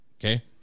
Okay